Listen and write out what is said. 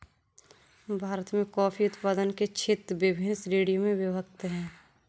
भारत में कॉफी उत्पादन के क्षेत्र विभिन्न श्रेणियों में विभक्त हैं